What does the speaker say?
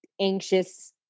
anxious